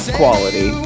quality